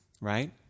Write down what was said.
right